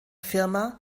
firma